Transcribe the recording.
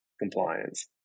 compliance